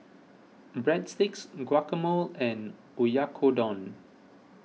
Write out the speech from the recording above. Breadsticks Guacamole and Oyakodon